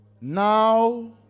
Now